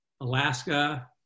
Alaska